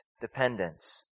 dependence